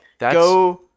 go